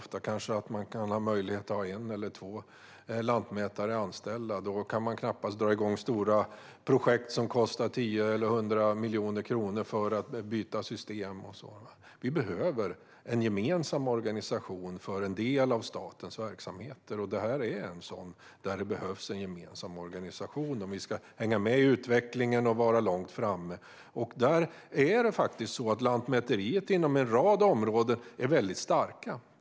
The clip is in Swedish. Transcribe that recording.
Man har kanske möjlighet att ha en eller två lantmätare anställda. Då kan man knappast dra igång stora projekt som kostar 10 eller 100 miljoner kronor för att exempelvis byta system. Vi behöver en gemensam organisation för en del av statens verksamheter. Detta är en sådan där en gemensam organisation behövs om vi ska hänga med i utvecklingen och ligga långt framme. Lantmäteriet är ju inom en rad områden väldigt starkt.